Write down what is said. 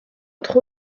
entre